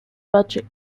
budget